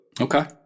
Okay